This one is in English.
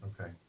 okay